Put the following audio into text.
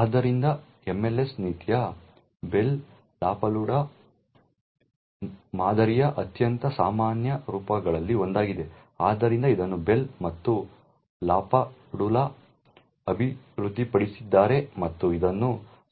ಆದ್ದರಿಂದ MLS ನೀತಿಯ Bell LaPadula ಮಾದರಿಯ ಅತ್ಯಂತ ಸಾಮಾನ್ಯ ರೂಪಗಳಲ್ಲಿ ಒಂದಾಗಿದೆ ಆದ್ದರಿಂದ ಇದನ್ನು ಬೆಲ್ ಮತ್ತು ಲಾಪಾಡುಲಾ ಅಭಿವೃದ್ಧಿಪಡಿಸಿದ್ದಾರೆ ಮತ್ತು ಇದನ್ನು